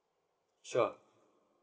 sure